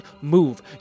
move